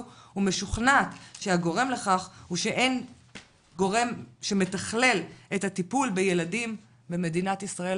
ומשוכנת שהגורם לכך הוא שאין גורם שמתכלל את הטיפול בילדים במדינת ישראל